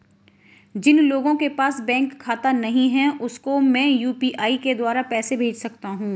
जिन लोगों के पास बैंक खाता नहीं है उसको मैं यू.पी.आई के द्वारा पैसे भेज सकता हूं?